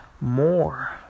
more